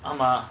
ஆமா:aama